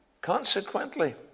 consequently